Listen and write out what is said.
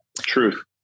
Truth